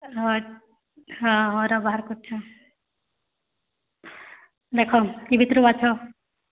ହଁ ହଁ ହଁ ଇଟା ବାହାର କରୁଛେଁ ଦେଖ ଇ ଭିତ୍ରୁ ବାଛ